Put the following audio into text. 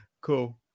Cool